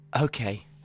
Okay